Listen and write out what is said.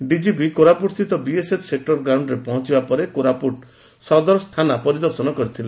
ଡିକିପି କୋରାପୁଟସ୍ରିତ ବିଏସଏଫ ସେକୁର ଗ୍ରାଉଣରେ ପହଞ୍ବା କରିବା ପରେ କୋରାପୁଟ ସଦର ଥାନା ପରିଦର୍ଶନ କରିଥିଲେ